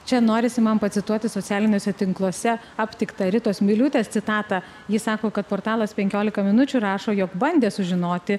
čia norisi man pacituoti socialiniuose tinkluose aptiktą ritos miliūtės citatą ji sako kad portalas penkiolika minučių rašo jog bandė sužinoti